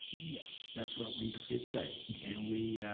yes, that's what we did say and we